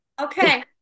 Okay